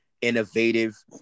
innovative